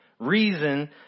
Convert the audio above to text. reason